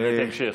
שאלת המשך.